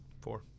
four